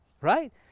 right